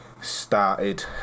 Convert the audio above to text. started